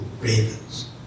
Ravens